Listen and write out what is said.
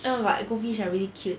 no but goldfish are really cute